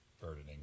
burdening